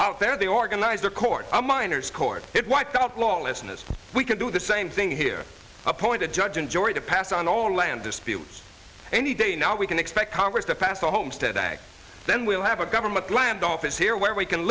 out there they organize their court a miner's court it wiped out lawlessness we can do the same thing here appointed judge and jury to pass on all the land disputes any day now we can expect congress to pass the homestead act then we'll have a government land office here where we can